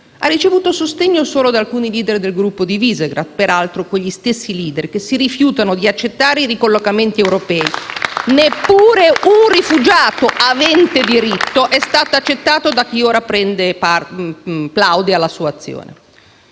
Ha ricevuto sostegno solo da alcuni *leader* del gruppo di Visegrád, peraltro quegli stessi *leader* che si rifiutano di accettare i ricollocamenti europei. *(Applausi dal Gruppo PD)*. Neppure un rifugiato avente diritto è stato accettato da chi ora plaude alla sua azione.